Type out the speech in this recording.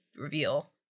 reveal